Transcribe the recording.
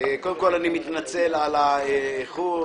אני מתנצל על האיחור